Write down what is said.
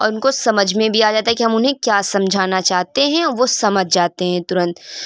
اور ان کو سمجھ میں بی آ جاتا ہے کہ ہم انہیں کیا سمجھانا چاہتے ہیں وہ سمجھ جاتے ہیں ترنت